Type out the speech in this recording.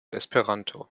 esperanto